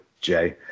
Jay